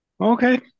Okay